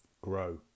grow